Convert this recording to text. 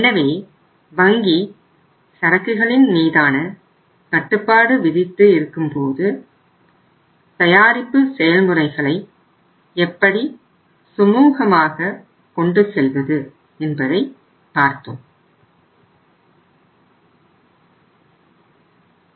எனவே வங்கி சரக்குகளின் மீதான கட்டுப்பாடு விதித்து இருக்கும்போது தயாரிப்பு செயல்முறைகளை எப்படி சுமூகமாக கொண்டு செல்வது என்பதை பார்த்தோம்